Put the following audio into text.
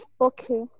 Okay